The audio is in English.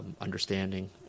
understanding